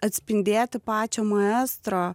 atspindėti pačio maestro